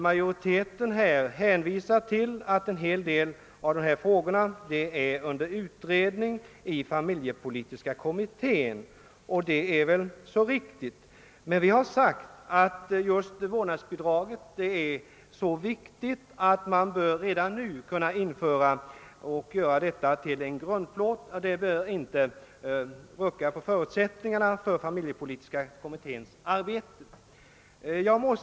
Majoriteten i utskottet hänvisar emellertid till att en hel del av dessa frågor är under utredning i familjepolitiska kommittén, vilket är mycket riktigt. Vi har emellertid uttalat att införandet av ett vårdnadsbidrag är en så viktig fråga att detta redan nu bör kunna införas såsom en grundplåt i det familjepolitiska stödet. Detta bör inte rucka på förutsättningarna för familjepolitiska kommitténs arbete.